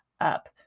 up